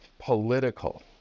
political